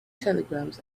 telegrams